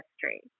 history